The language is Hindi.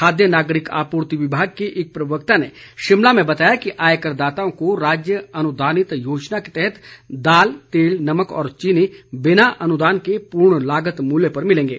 खाद्य नागरिक आपूर्ति विभाग के एक प्रवक्ता ने शिमला में बताया कि आयकर दाताओं को राज्य अनुदानित योजना के तहत दाल तेल नमक व चीनी बिना अनुदान के पूर्ण लागत मूल्य पर मिलेंगे